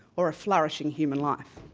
or a flourishing human life.